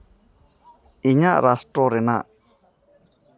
ᱤᱧᱟᱹᱜ ᱨᱟᱥᱴᱨᱚ ᱨᱮᱱᱟᱜ